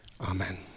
Amen